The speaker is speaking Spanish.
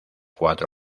cuatro